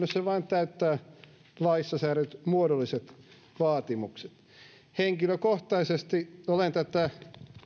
jos se vain täyttää laissa säädetyt muodolliset vaatimukset henkilökohtaisesti olen tätä